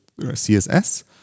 CSS